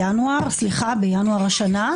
ינואר השנה.